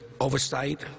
oversight